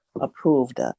approved